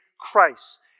Christ